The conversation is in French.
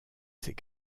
ses